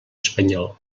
espanyol